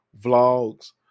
vlogs